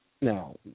Now